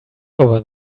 over